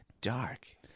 dark